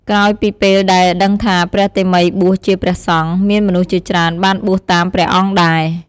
ក្រោយពីពេលដែលដឹងថាព្រះតេមិយបួសជាព្រះសង្ឃ មានមនុស្សជាច្រើនបានបួសតាមព្រះអង្គដែរ។